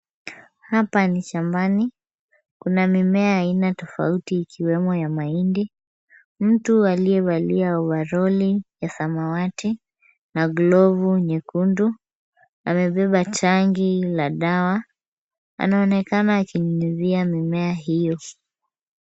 Hapa ni shambani, kuna mimea aina tofauti ikiwemo ya mahindi. Mtu aliyevalia ovaroli ya samawati na glovu nyekundu amebeba tangi la dawa anaonekana akinyunyuzia mimea hiyo.